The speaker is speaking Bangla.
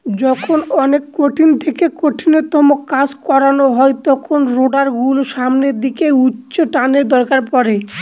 যখন অনেক কঠিন থেকে কঠিনতম কাজ করানো হয় তখন রোডার গুলোর সামনের দিকে উচ্চটানের দরকার পড়ে